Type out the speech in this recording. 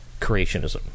creationism